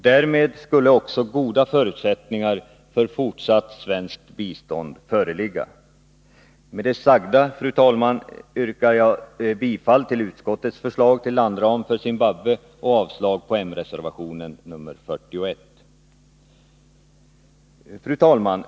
Därmed skulle också goda förutsättningar för fortsatt svenskt bistånd föreligga. Med det sagda, fru talman, yrkar jag bifall till utskottets förslag till landram för Zimbabwe och avslag på moderatreservationen nr 41. Fru talman!